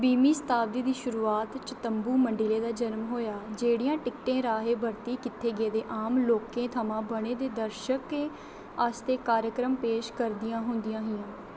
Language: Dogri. बीह्मीं शताब्दी दी शुरुआत च तम्बू मंडलियें दा जन्म होएआ जेह्ड़ियां टिकटें राहें भर्ती कीते गेदे आम लोकें थमां बने दे दर्शकें आस्तै कार्यक्रम पेश करदियां होंदियां हियां